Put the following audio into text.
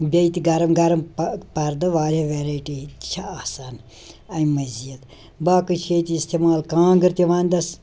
بیٚیہِ تہِ گرم گرم پَہ پردٕ واریاہ وٮ۪رایٹی چھِ آسان اَمہِ مٔزیٖد باقٕے چھِ ییٚتہِ استعمال کانٛگٕر تہِ ونٛدس